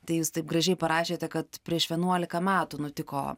tai jūs taip gražiai parašėte kad prieš vienuolika metų nutiko